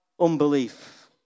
unbelief